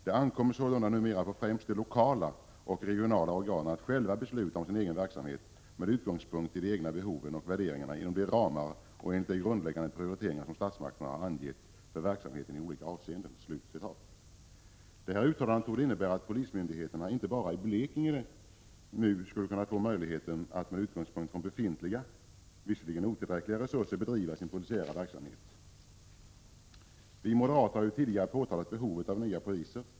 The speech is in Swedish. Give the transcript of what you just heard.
Det ankommer sålunda numera på främst de lokala och regionala organen att själva besluta om sin egen verksamhet med utgångspunkt i de egna behoven och värderingarna inom de ramar och enligt de grundläggande prioriteringar som statsmakterna har angett för verksamheten i olika avseenden.” Detta uttalande torde innebära att inte bara polismyndigheterna i Blekinge län nu skulle kunna få möjligheten att med utgångspunkt från befintliga, visserligen otillräckliga, resurser bedriva sin polisiära verksamhet. Vi moderater har tidigare pekat på behovet av nya poliser.